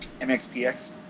MXPX